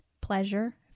pleasure